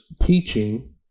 teaching